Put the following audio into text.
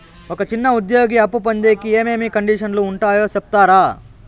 ఒక చిన్న ఉద్యోగి అప్పు పొందేకి ఏమేమి కండిషన్లు ఉంటాయో సెప్తారా?